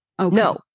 No